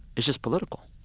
it's just political,